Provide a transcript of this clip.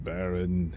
Baron